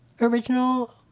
original